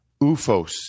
Ufos